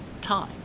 time